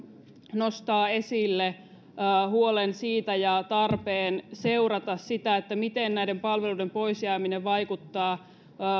nostaa esille huolen siitä ja tarpeen seurata sitä miten näiden palveluiden poisjääminen vaikuttaa